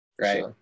right